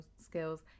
skills